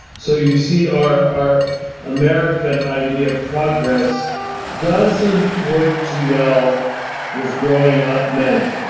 so you see our our american idea of progress doesn't work too well with growing-up men,